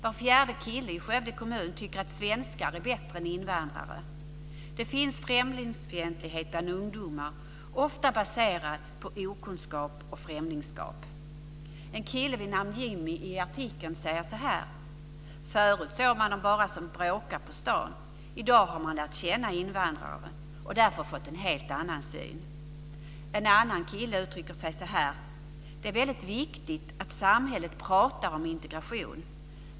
Var fjärde kille i Skövde kommun tycker att svenskar är bättre än invandrare. Det finns främlingsfientlighet bland ungdomar ofta baserad på okunskap och främlingskap. En kille vid namn Jimmy säger så här i artikeln: "Förut såg man dem bara som bråkar på stan. I dag har man lärt känna invandrare och därför fått en helt annan syn." En annan kille uttrycker sig så här: "Det är väldigt viktigt att samhället pratar om integration.